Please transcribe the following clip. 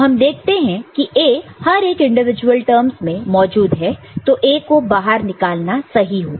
तो हम देखते हैं किA हर एक इंडिविजुअल टर्मस में मौजूद है तो A को बाहर निकालना सही होगा